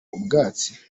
ubwatsi